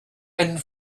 and